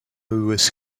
was